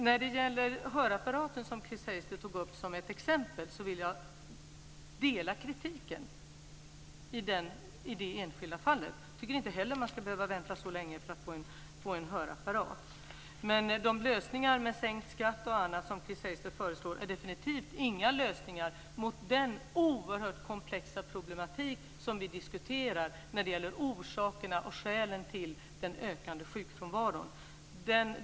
När det gäller hörapparaten som Chris Heister tog upp som ett exempel vill jag säga att jag delar kritiken i det enskilda fallet. Jag tycker inte heller att man ska behöva vänta så länge för att få en hörapparat. Men de lösningar med sänkt skatt och annat som Chris Heister föreslår är definitivt inga lösningar vad beträffar den oerhört komplexa problematik som vi diskuterar när det gäller orsakerna och skälen till den ökande sjukfrånvaron.